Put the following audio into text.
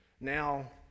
Now